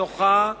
נוחה,